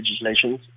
legislation